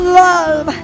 love